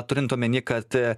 turint omeny kad